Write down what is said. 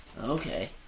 Okay